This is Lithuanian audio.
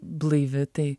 blaivi tai